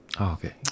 okay